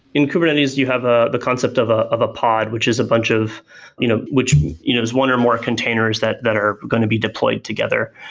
in kubernetes you have ah the concept of ah of a pod which is a bunch of you know which you know is one or more containers that that are going to be deployed together.